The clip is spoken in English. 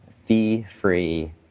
fee-free